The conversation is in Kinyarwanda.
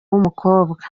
w’umukobwa